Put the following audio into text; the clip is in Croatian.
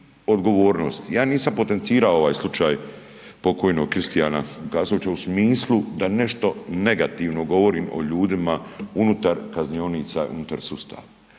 ja nisam potencirao ovaj slučaj pokojnog Kristiana Vukasovića u smislu da nešto negativno govorim o ljudima unutar kaznionica i unutar sustava,